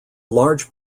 large